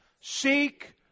seek